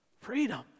Freedom